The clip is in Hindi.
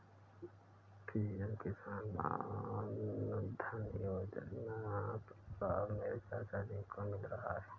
पी.एम किसान मानधन योजना का लाभ मेरे चाचा जी को मिल रहा है